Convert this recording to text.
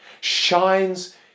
shines